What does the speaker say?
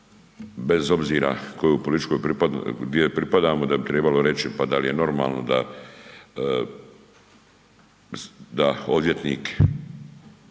političkoj, gdje pripadamo da bi trebalo reći pa da li je normalno da odvjetnik,